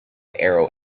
aero